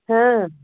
ହଁ